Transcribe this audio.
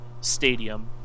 stadium